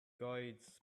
guides